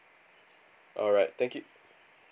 alright thank you